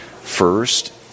First